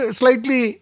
slightly